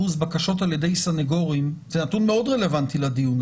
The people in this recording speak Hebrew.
בקשות על-ידי סנגורים זה נתון מאוד רלוונטי לדיון,